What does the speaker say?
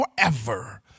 forever